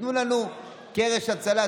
תיתנו לנו קרש הצלה,